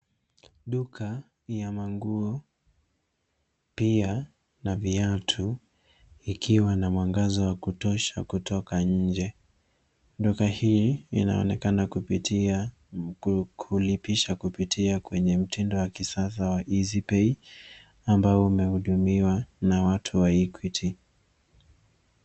Duka ya manguo pia na viatu ikiwa na mwangaza wa kutosha kutoka nje. Duka hii inaonekana kulipisha kupitia kwenye mtindo wa kisasa wa Easy Pay ambayo imehudumiwa na watu wa Equity .